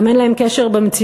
גם אין להם קשר למציאות,